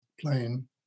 plane